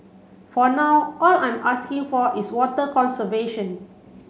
for now all I'm asking for is water conservation